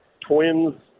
Twins